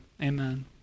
Amen